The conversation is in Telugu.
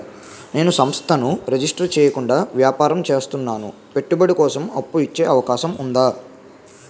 నేను సంస్థను రిజిస్టర్ చేయకుండా వ్యాపారం చేస్తున్నాను పెట్టుబడి కోసం అప్పు ఇచ్చే అవకాశం ఉందా?